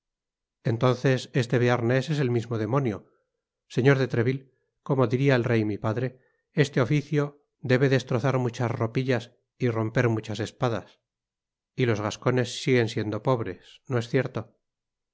entonces este bearnés es el mismo demonio señor de treville como diría el rey mi padre este oficio debe destrozar muchas ropitlas y romper muchas espadas y los gascones siguen siendo pobres no es cierto